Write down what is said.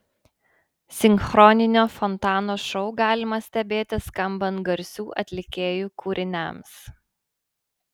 sinchroninio fontano šou galima stebėti skambant garsių atlikėjų kūriniams